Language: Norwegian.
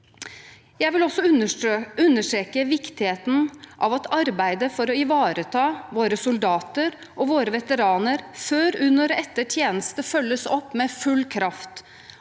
Jeg vil også understreke viktigheten av at arbeidet for å ivareta våre soldater og våre veteraner før, under og etter tjeneste følges opp med full kraft